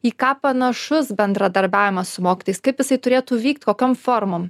į ką panašus bendradarbiavimas su mokytojais kaip jisai turėtų vykt kokiom formom